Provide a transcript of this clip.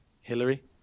Hillary